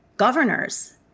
Governors